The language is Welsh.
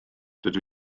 dydw